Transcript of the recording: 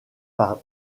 par